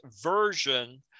version